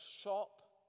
shop